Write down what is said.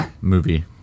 movie